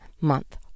Month